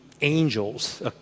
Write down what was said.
angels